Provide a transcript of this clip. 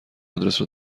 آدرس